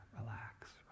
relax